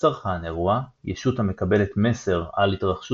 צרכן אירוע - ישות המקבלת מסר על התרחשות